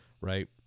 right